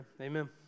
Amen